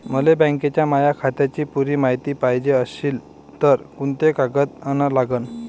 मले बँकेच्या माया खात्याची पुरी मायती पायजे अशील तर कुंते कागद अन लागन?